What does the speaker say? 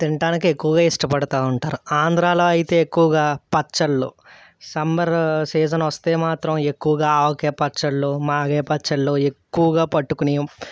తినడానికి ఎక్కువగా ఇష్టపడుతూ ఉంటారు ఆంధ్రాలో అయితే ఎక్కువగా పచ్చళ్ళు సమ్మర్ సీజన్ వస్తే మాత్రం ఎక్కువగా ఆవకాయ పచ్చళ్ళు మాగాయ పచ్చళ్ళు ఎక్కువగా పట్టుకుని